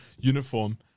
uniform